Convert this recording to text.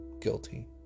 Guilty